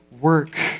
work